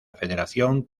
federación